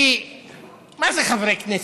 כי מה זה חברי כנסת?